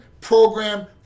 program